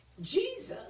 Jesus